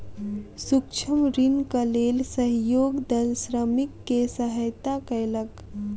सूक्ष्म ऋणक लेल सहयोग दल श्रमिक के सहयता कयलक